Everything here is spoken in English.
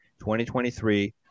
2023